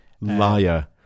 Liar